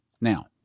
Now